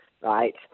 right